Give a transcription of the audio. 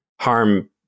harm